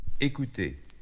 Écoutez